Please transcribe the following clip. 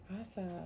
Awesome